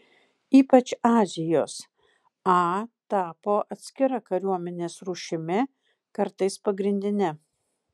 ypač azijos a tapo atskira kariuomenės rūšimi kartais pagrindine